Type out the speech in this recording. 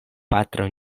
patro